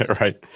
Right